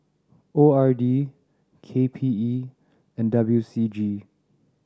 O R D K P E and W C G